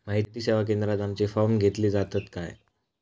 माहिती सेवा केंद्रात आमचे फॉर्म घेतले जातात काय?